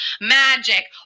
magic